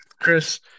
Chris